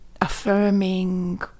affirming